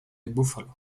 búfalo